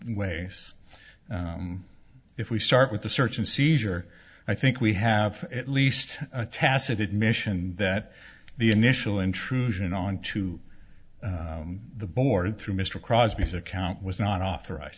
ways if we start with the search and seizure i think we have at least a tacit admission that the initial intrusion on to the board through mr crosby said count was not authorize